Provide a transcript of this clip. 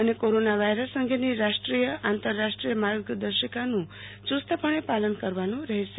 અને corona virus અંગેની રાષ્ટ્રીય આંતરરાષ્ટ્રીય માર્ગદર્શિકાનું યુસ્તપણે પાલન કરવાનું રહેશે